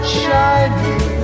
shining